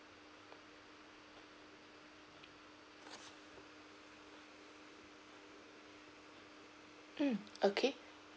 mm okay